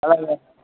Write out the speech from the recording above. అలాగే